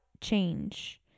change